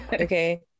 okay